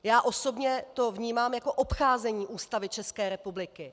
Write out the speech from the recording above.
Já osobně to vnímám jako obcházení Ústavy České republiky.